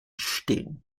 stehen